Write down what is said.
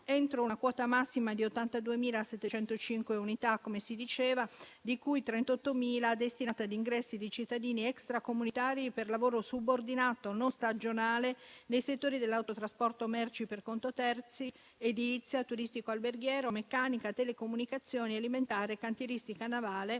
entro una quota massima di 82.705 unità, come si diceva, di cui 38.000 destinate a ingressi di cittadini extracomunitari per lavoro subordinato non stagionale nei settori dell'autotrasporto merci per conto terzi, dell'edilizia, in quello turistico-alberghiero, della meccanica, delle telecomunicazioni e nei settori alimentare e della cantieristica navale,